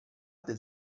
del